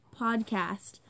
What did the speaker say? podcast